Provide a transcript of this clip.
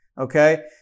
Okay